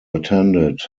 attended